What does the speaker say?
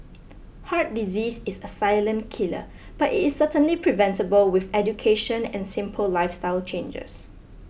heart disease is a silent killer but is certainly preventable with education and simple lifestyle changes